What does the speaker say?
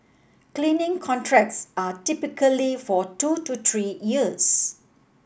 cleaning contracts are typically for two to three years